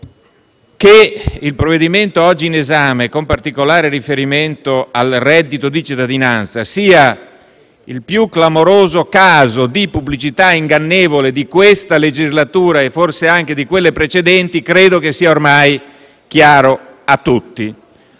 che il provvedimento oggi in esame, con particolare riferimento al reddito di cittadinanza, sia il più clamoroso caso di pubblicità ingannevole di questa legislatura - e forse anche di quelle precedenti - credo sia ormai chiaro a tutti.